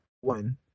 one